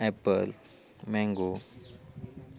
apple mango